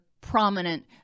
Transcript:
prominent